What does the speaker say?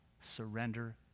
surrender